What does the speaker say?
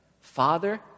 Father